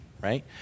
right